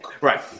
right